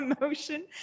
emotion